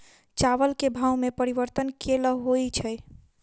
चावल केँ भाव मे परिवर्तन केल होइ छै?